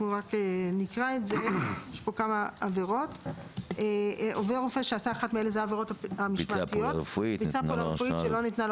אלה העבירות המשמעתיות ביצע פעולה רפואית שלא ניתנה לו